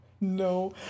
No